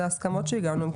זה ההסכמות שהגענו אליהן,